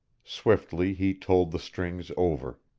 swiftly he told the strings over.